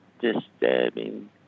disturbing